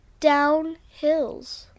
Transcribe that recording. downhills